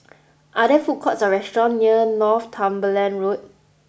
are there food courts or restaurant near Northumberland Road